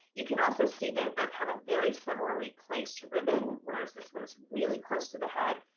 you can also see they both have a very similarly placed ribbon whereas this one is really close to the head,